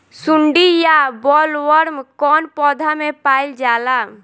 सुंडी या बॉलवर्म कौन पौधा में पाइल जाला?